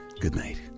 goodnight